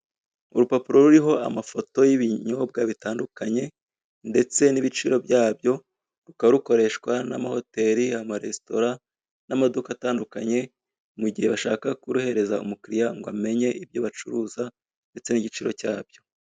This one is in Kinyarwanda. Urupapuro ruriho amafoto y'ibinyobwa bitandukanye ndetse n'ibiciro byabyo rukaba rukoreshwa n'amahoteri, amaresitora n'amaduka atandukanye mu gihe bashaka kuruhereza umukiriya ngo amenye ibyo bacuruza ndetse n'igiciro cyabyo.